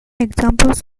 examples